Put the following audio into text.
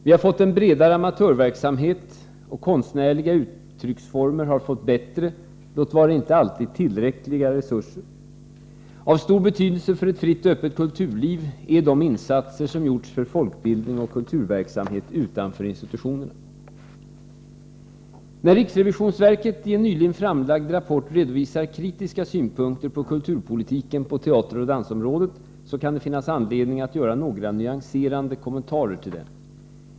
Vi har fått en bredare amatörverksamhet, och konstnärliga uttrycksformer har fått bättre, låt vara inte alltid tillräckliga, resurser. Av stor betydelse för ett fritt och öppet kulturliv är de insatser som gjorts för folkbildning och kulturverksamhet utanför institutionerna. När riksrevisionsverket i en nyligen framlagd rapport redovisar kritiska synpunkter på kulturpolitiken på teateroch dansområdet, kan det finnas anledning att göra några nyanserande kommentarer till den.